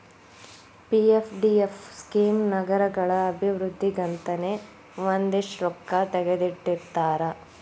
PFDF scheme ನಗರಗಳ ಅಭಿವೃದ್ಧಿಗಂತನೇ ಒಂದಷ್ಟ್ ರೊಕ್ಕಾ ತೆಗದಿಟ್ಟಿರ್ತಾರ